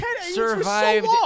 survived